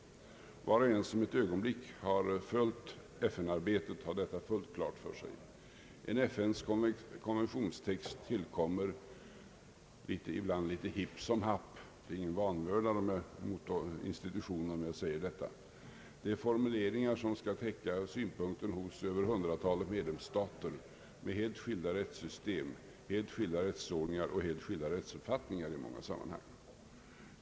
Var och en som har följt FN-arbetet har detta fullt klart för sig. En FN:s konventionstext tillkommer ibland litet hipp som happ, och det är inte vanvördigt mot institutionen när jag säger detta. Det är formuleringar som skall täcka synpunkterna hos över hundratalet medlemsstater med helt skilda rättssystem, helt skilda rättsordningar och helt skilda rättsuppfattningar i många sammanhang.